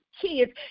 kids